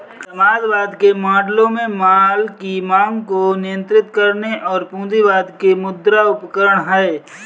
समाजवाद के मॉडलों में माल की मांग को नियंत्रित करने और पूंजीवाद के मुद्रा उपकरण है